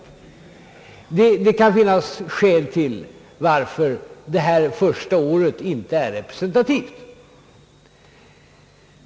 Det kan finnas skäl till att det första året inte är representativt.